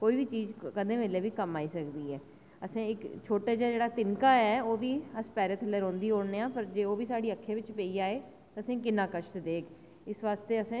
कोई बी चीज़ कदें बेल्लै बी कम्म आई सकदी ऐ ते असें एह् जेह्ड़ा इक्क छोटा जेहा तिनका ऐ एह्बी अस पैरें थल्ले रौंदी ओड़ने आं जे ओह्बी साढ़ी अक्खी बिच पेई जाये असेंगी किन्ना कश्ट देग इस बास्तै असें